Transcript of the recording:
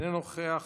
אינו נוכח.